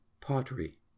pottery